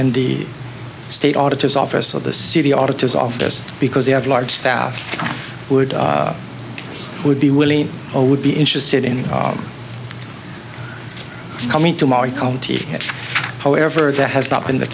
in the state auditor's office of the city auditors office because they have a large staff would would be willing or would be interested in coming to my county however that has not been the